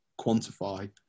quantify